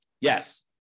Yes